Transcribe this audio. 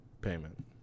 payment